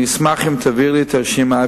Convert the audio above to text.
אשמח אם תעביר לי את הרשימה,